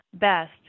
best